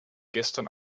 gestern